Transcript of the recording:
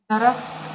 درخت